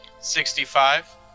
Sixty-five